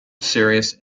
serious